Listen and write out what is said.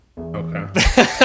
Okay